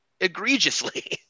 egregiously